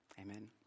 Amen